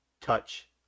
touch